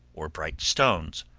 or bright stones,